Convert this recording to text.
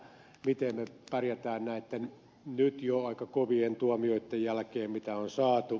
miten pärjätään näitten nyt jo aika kovien tuomioitten jälkeen mitä on saatu